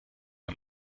man